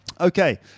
Okay